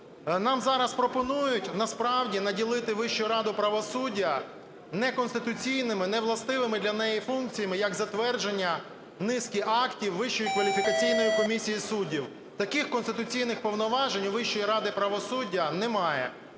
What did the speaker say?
Нам зараз пропонують, насправді, наділити Вищу раду правосуддя неконституційними, невластивими для неї функціями, як затвердження низки актів Вищої кваліфікаційної комісії суддів. Таким конституційних повноважень у Вищої ради правосуддя немає.